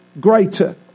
greater